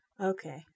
Okay